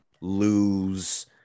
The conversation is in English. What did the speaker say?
lose